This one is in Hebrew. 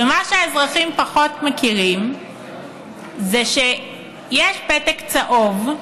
מה שהאזרחים פחות יודעים זה שיש פתק צהוב,